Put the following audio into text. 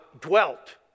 dwelt